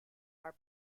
are